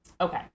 Okay